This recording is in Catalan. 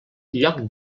lloc